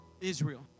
Israel